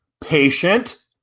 Patient